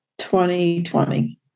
2020